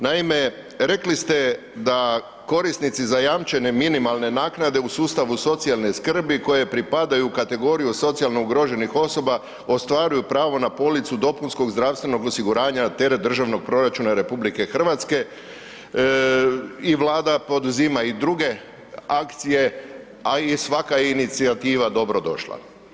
Naime, rekli ste da korisnici zajamčene minimalne naknade u sustavu socijalne skrbi koje pripada u kategoriju socijalno ugroženih osoba, ostvaruju pravo na policu dopunskog zdravstvenog osiguranja na teret državnog proračuna RH i Vlada poduzima i druge akcije, a i svaka je inicijativa dobro došla.